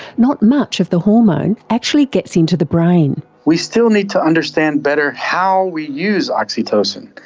not much of the hormone actually gets into the brain. we still need to understand better how we use oxytocin.